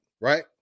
Right